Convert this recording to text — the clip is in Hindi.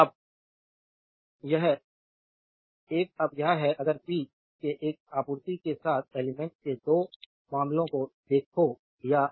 अब यह एक अब यह है अगर पी के एक आपूर्ति के साथ एलिमेंट्स के 2 मामलों को देखो या